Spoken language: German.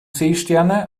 seesterne